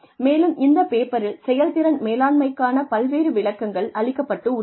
மேலும் இந்த பேப்பரில் செயல்திறன் மேலாண்மைக்கான பல்வேறு விளக்கங்கள் அளிக்கப்பட்டுள்ளன